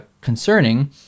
concerning